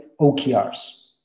OKRs